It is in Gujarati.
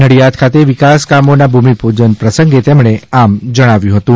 નડિયાદ ખાતે વિકાસ કાર્યો ના ભૂમિપૂજન પ્રસંગે તેમણે આમ જણાવ્યુ હતું